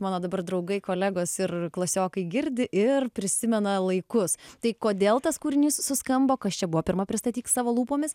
mano dabar draugai kolegos ir klasiokai girdi ir prisimena laikus tai kodėl tas kūrinys suskambo kas čia buvo pirma pristatyk savo lūpomis